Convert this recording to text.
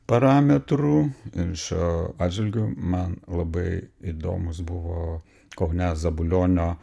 parametrų ir šiuo atžvilgiu man labai įdomus buvo kaune zabulionio